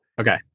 Okay